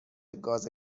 گاز